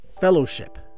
fellowship